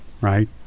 right